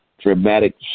dramatic